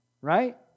Right